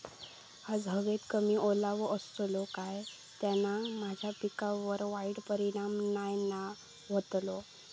आज हवेत कमी ओलावो असतलो काय त्याना माझ्या पिकावर वाईट परिणाम नाय ना व्हतलो?